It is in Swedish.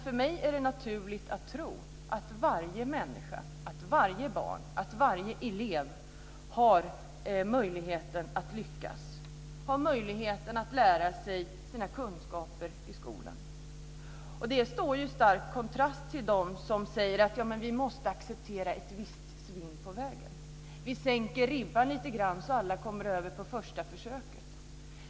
För mig är det naturligt att tro att varje människa - varje barn och varje elev - har möjlighet att lyckas, har möjlighet att få sina kunskaper i skolan. Detta står i stark kontrast till dem som säger: Vi måste acceptera ett visst svinn på vägen. Vi sänker ribban lite grann så att alla kommer över på första försöket.